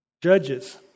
Judges